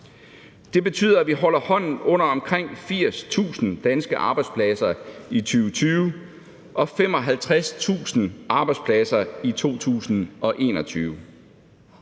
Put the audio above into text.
Det betyder, at vi holder hånden under omkring 80.000 danske arbejdspladser i 2020 og 55.000 arbejdspladser i 2021.